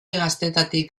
gaztetatik